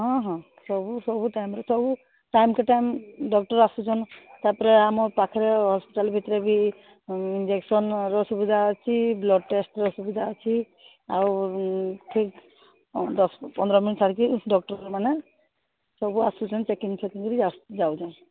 ହଁ ହଁ ସବୁ ସବୁ ଟାଇମ୍ରେ ସବୁ ଟାଇମ ଟୁ ଟାଇମ୍ ଡକ୍ଟର ଆସୁଛନ୍ତି ତାପରେ ଆମ ପାଖରେ ହସ୍ପିଟାଲ ଭିତରେ ବି ଇଞ୍ଜେକ୍ସନର ସୁବିଧା ଅଛି ବ୍ଲଡ୍ ଟେଷ୍ଟର ସୁବିଧା ଅଛି ଆଉ ଠିକ୍ ଦଶ ପନ୍ଦର ମିନିଟ୍ ଛାଡ଼ିକି ଡକ୍ଟରମାନେ ସବୁ ଆସୁଛନ୍ତି ଚେକିଙ୍ଗ୍ ଫେକିଙ୍ଗ କରି ଯାଉଛନ୍ତି